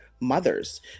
mothers